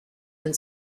and